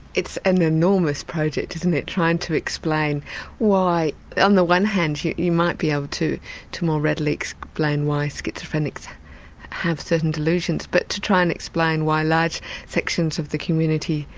it's an enormous project isn't it, trying to explain why on the one hand you you might be able to to more readily explain why schizophrenics have certain delusions but to try and explain why large sections of the community,